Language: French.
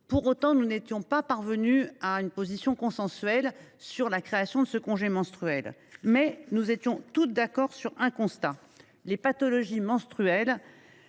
corapportrices. Nous n’étions pas parvenues à une position consensuelle sur la création de ce congé menstruel, mais nous étions toutes d’accord sur le constat suivant : les pathologies menstruelles